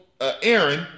Aaron